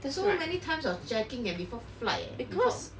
so many of checking leh before flight leh without